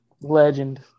Legend